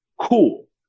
cool